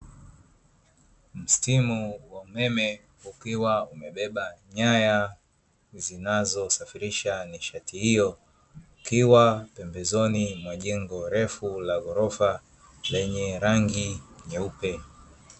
Mstimu wa umeme ukiwa umebeba nyaya zinazosafirisha nishati hiyo, ikiwa pembezoni mwa jengo refu la ghorofa lenye rangi nyeupe.